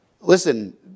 Listen